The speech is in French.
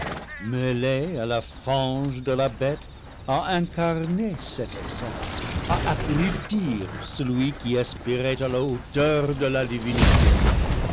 à la fange de la bête à incarner cette essence à abrutir celui qui aspirait à la hauteur de la divinité